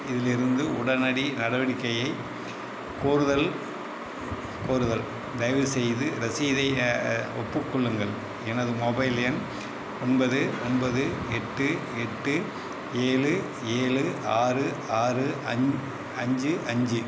இலிருந்து உடனடி நடவடிக்கையை கோருதல் கோருதல் தயவுசெய்து ரசீதை ஒப்புக்கொள்ளுங்கள் எனது மொபைல் எண் ஒன்பது ஒன்பது எட்டு எட்டு ஏழு ஏழு ஆறு ஆறு அஞ் அஞ்சு அஞ்சு